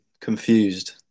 confused